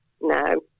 No